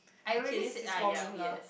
okay this is for me lah